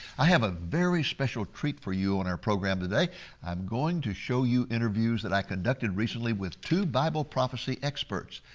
i have a very special treat for you on our program today. i am going to show you interviews that i conducted recently with two bible prophecy experts.